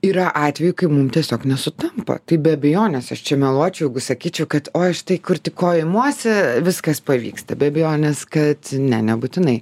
yra atvejų kai mum tiesiog nesutampa tai be abejonės aš čia meluočiau jeigu sakyčiau kad oi štai kur tik ko imuosi viskas pavyksta be abejonės kad ne nebūtinai